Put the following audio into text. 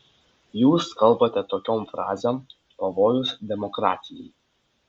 jūs kalbate tokiom frazėm pavojus demokratijai